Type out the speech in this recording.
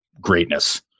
greatness